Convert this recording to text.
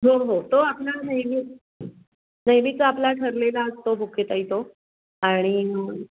हो हो तो आपला नेहमीच नेहमीचा आपला ठरलेला असतो बुके ताई तो आणि